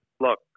Look